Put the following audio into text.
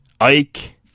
Ike